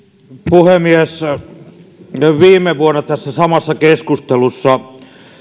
puhemies viime vuonna tässä samassa keskustelussa